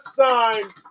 signed